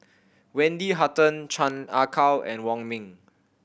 Wendy Hutton Chan Ah Kow and Wong Ming